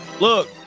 Look